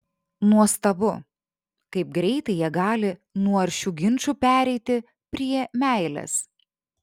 nuostabu kaip greitai jie gali nuo aršių ginčų pereiti prie meilės